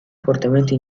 fortemente